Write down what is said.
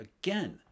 again